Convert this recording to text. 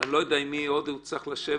אני לא יודע עם מי עוד הוא צריך לשבת,